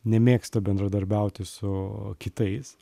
nemėgsta bendradarbiauti su kitais